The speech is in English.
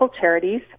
charities